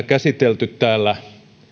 käsitelty täällä